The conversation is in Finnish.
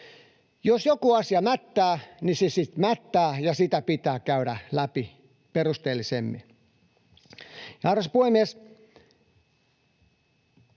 Jos joku asia mättää, niin se sitten mättää ja sitä pitää käydä läpi perusteellisemmin. Arvoisa puhemies!